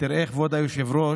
תראה, כבוד היושב-ראש,